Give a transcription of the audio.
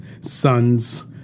sons